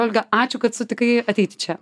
olga ačiū kad sutikai ateiti čia